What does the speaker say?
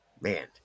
man